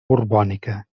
borbònica